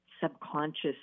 subconscious